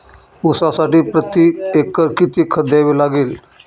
ऊसासाठी प्रतिएकर किती खत द्यावे लागेल?